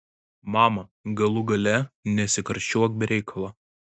mama galų gale nesikarščiuok be reikalo